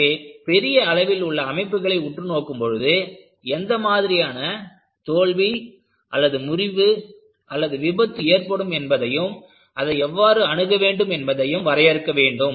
எனவே பெரிய அளவில் உள்ள அமைப்புகளை உற்று நோக்கும் பொழுது எந்த மாதிரியான தோல்வி முறிவு விபத்து ஏற்படும் என்பதையும் அதை எவ்வாறு அணுக வேண்டும் என்பதையும் வரையறுக்க வேண்டும்